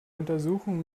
untersuchung